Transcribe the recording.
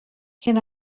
can